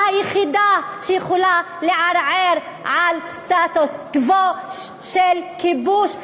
היחידה שיכולה לערער על סטטוס קוו של כיבוש.